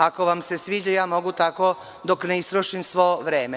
Ako vam se sviđa, ja mogu tako dok ne istrošim svo vreme.